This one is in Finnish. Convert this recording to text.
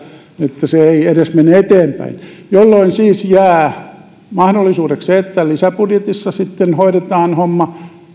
nyt se se ei edes mene eteenpäin jolloin siis jää mahdollisuudeksi se että lisäbudjetissa sitten hoidetaan homma